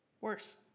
Worse